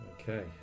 Okay